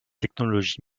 technologies